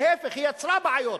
להיפך, היא יצרה בעיות.